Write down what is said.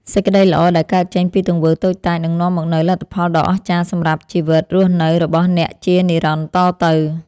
សេចក្តីល្អដែលកើតចេញពីទង្វើតូចតាចនឹងនាំមកនូវលទ្ធផលដ៏អស្ចារ្យសម្រាប់ជីវិតរស់នៅរបស់អ្នកជានិរន្តរ៍តទៅ។